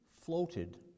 floated